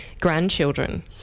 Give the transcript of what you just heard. grandchildren